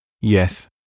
Yes